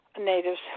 natives